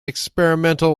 experimental